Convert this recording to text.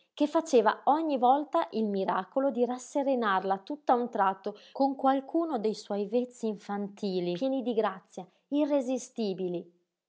che faceva ogni volta il miracolo di rasserenarla tutt'a un tratto con qualcuno de suoi vezzi infantili pieni di grazia irresistibili